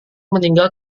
meninggal